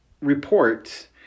reports